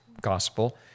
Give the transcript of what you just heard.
gospel